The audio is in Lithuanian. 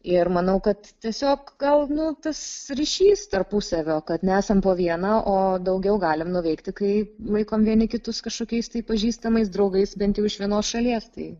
ir manau kad tiesiog gal nu tas ryšys tarpusavio kad nesam po vieną o daugiau galim nuveikti kai laikom vieni kitus kažkokiais tai pažįstamais draugais bent jau iš vienos šalies tai